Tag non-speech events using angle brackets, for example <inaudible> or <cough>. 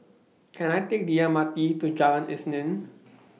<noise> Can I Take The M R T to Jalan Isnin <noise>